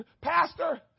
pastor